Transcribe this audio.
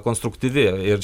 konstruktyvi ir